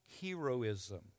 heroism